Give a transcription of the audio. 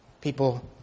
people